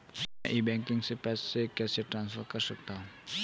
मैं e banking से पैसे कैसे ट्रांसफर कर सकता हूं?